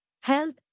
health